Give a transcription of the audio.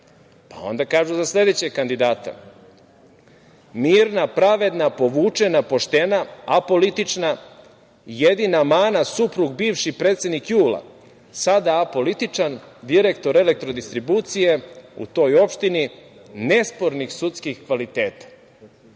kažu za sledećeg kandidata – mirna, pravedna, povučena, poštena, apolitična, jedina mana suprug bivši predsednik JUL-a, sada apolitičan, direktor elektrodistribucije u toj opštini, nespornih sudskih kvaliteta. Sledeći